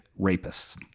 rapists